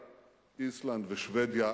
איסלנד ושבדיה.